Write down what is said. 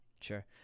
sure